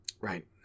right